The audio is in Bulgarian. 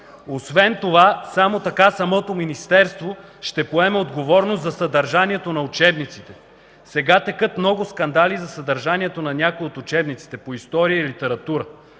Освен това само така Министерството ще поеме отговорност за съдържанието на учебниците. Сега текат много скандали за съдържанието на някои от учебниците по история и литература.